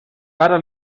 para